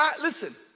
Listen